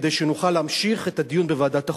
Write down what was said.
כדי שנוכל להמשיך את הדיון בוועדת החוקה.